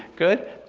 good.